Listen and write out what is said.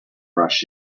rush